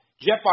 Jeff